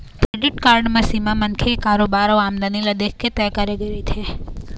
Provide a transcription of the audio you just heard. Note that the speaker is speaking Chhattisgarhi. क्रेडिट कारड म सीमा मनखे के कारोबार अउ आमदनी ल देखके तय करे गे रहिथे